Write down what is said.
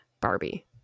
Barbie